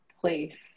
place